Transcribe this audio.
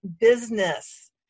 business